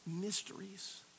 mysteries